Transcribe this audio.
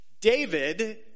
David